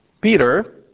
Peter